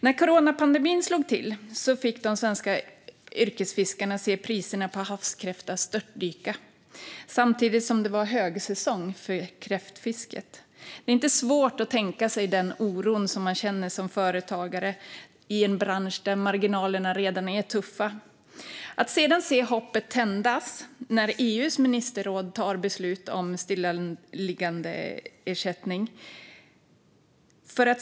När coronapandemin slog till fick de svenska yrkesfiskarna se priserna på havskräftor störtdyka samtidigt som det var högsäsong för kräftfisket. Det är inte svårt att tänka sig den oro som man känner som företagare i en bransch där marginalerna redan är tuffa. Hoppet tändes när EU:s ministerråd tog beslut om stillaliggandeersättning.